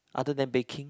other than baking